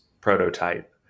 prototype